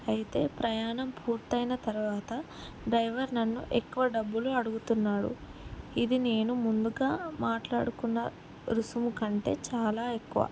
అయితే ప్రయాణం పూర్తయిన తర్వాత డ్రైవర్ నన్ను ఎక్కువ డబ్బులు అడుగుతున్నాడు ఇది నేను ముందుగా మాట్లాడుకున్న రుసుము కంటే చాలా ఎక్కువ